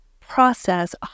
process